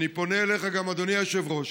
אני פונה גם אליך, אדוני היושב-ראש,